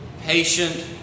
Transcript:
patient